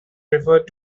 referred